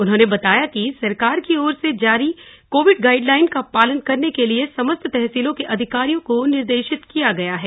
उन्होंने बताया कि सरकार की ओर से जारी कोविड गाइड लाइन का पालन करने के लिए समस्त तहसीलों के अधिकारियों को निर्देशित किया गया है